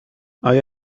آیا